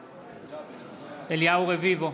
בעד אליהו רביבו,